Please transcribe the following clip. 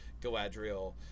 Galadriel